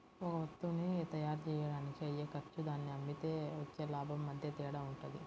ఒక వత్తువుని తయ్యారుజెయ్యడానికి అయ్యే ఖర్చు దాన్ని అమ్మితే వచ్చే లాభం మధ్య తేడా వుంటది